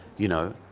you know.